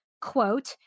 quote